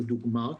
לדוגמה,